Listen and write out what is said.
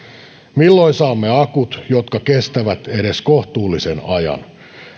milloin saamme akut jotka kestävät edes kohtuullisen ajan